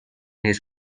his